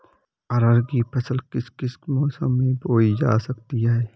अरहर की फसल किस किस मौसम में बोई जा सकती है?